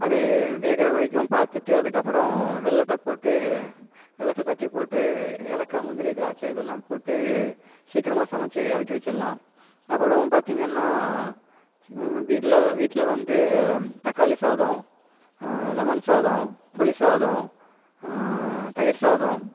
அது வேகிற வரைக்கும் பார்த்துட்டு அதுக்கு அப்புறோம் வெல்லத்த போட்டு வெல்லத்த தட்டி போட்டு ஏலக்காய் முந்திரி திராட்சை இதெல்லாம் போட்டு சீக்கிரமாக சமைச்சி இறக்கி வச்சுர்லாம் அப்புறோம் பார்த்தீங்கன்னா வீட்டில் வீட்டில் வந்து தக்காளி சாதம் லெமன் சாதம் புளி சாதம் தயிர் சாதம்